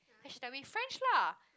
then she tell me French lah